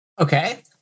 Okay